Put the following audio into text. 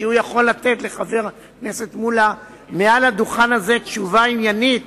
כי הוא יכול לתת לחבר הכנסת מולה מעל הדוכן הזה תשובה עניינית